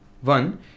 One